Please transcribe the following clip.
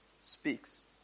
speaks